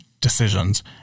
decisions